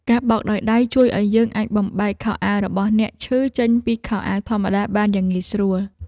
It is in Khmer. ការបោកដោយដៃជួយឱ្យយើងអាចបំបែកខោអាវរបស់អ្នកឈឺចេញពីខោអាវធម្មតាបានយ៉ាងងាយស្រួល។